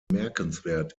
bemerkenswert